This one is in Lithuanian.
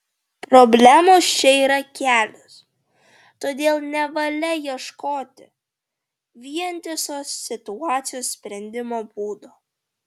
problemos čia yra kelios todėl nevalia ieškoti vientiso situacijos sprendimo būdo